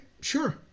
sure